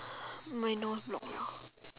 my nose blocked liao